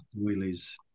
Wheelie's